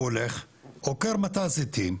הוא הולך עוקר מטע זיתים,